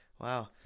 Wow